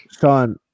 Sean